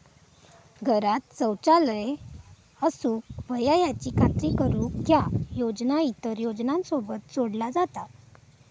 घरांत शौचालय असूक व्हया याची खात्री करुक ह्या योजना इतर योजनांसोबत जोडला जाता